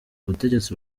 ubutegetsi